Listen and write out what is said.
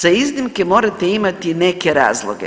Za iznimke morate imati neke razloge.